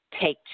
take